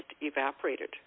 evaporated